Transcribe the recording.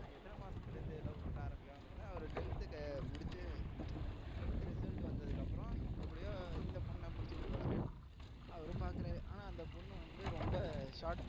எத்தனை மாசத்துலந்து லவ் பண்ண ஆரமிக்கிறார் பார்த்திங்கன்னா அவர் டென்த் முடிச்சு டென்த் ரிசல்ட் வந்ததுக்கப்புறோம் எப்படியோ இந்த பொண்ண பிடிச்சிட்டு போல் அவரும் பார்க்குறாரு ஆனால் அந்த பொண்ணு வந்து ரொம்ப ஷார்ட்